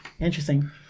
interesting